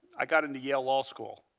i got and to yale law school.